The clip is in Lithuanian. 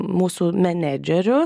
mūsų menedžeriu